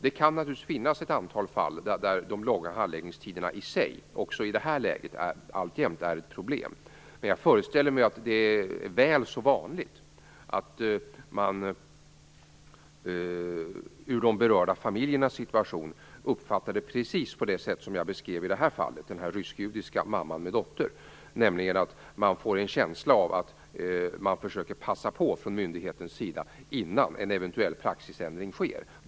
Det kan naturligtvis finnas ett antal fall där de långa handläggningstiderna i sig i det här läget alltjämt är ett problem. Men jag föreställer mig att det är väl så vanligt att berörda familjer uppfattar det precis på det sätt som jag beskrev i fallet med den rysk-judiska mamman och hennes dotter, nämligen att man från myndighetens sida försöker passa på innan en eventuell praxisändring sker.